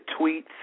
tweets